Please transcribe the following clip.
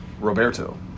Roberto